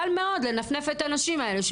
קל מאוד לנפנף את הנשים האלה.